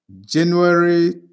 January